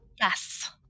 Yes